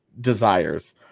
desires